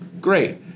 great